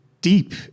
deep